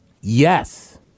Yes